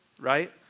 right